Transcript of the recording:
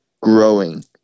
growing